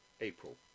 April